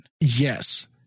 Yes